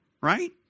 right